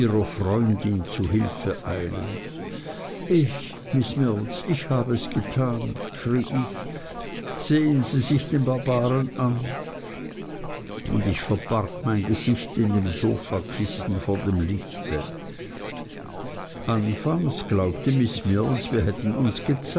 freundin zu hilfe eilend ich miß mills ich habe es getan schrie ich sehen sie sich den barbaren an und ich verbarg mein gesicht in dem sofakissen vor dem lichte anfangs glaubte miß mills wir hätten uns